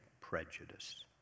prejudice